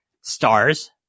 stars